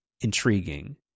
intriguing